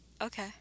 Okay